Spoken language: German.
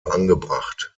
angebracht